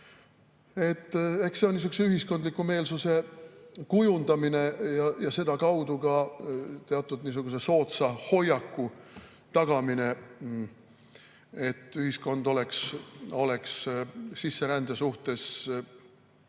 see ole ühiskondliku meelsuse kujundamine ja sedakaudu ka soodsa hoiaku tagamine, et ühiskond oleks sisserände suhtes [leplik].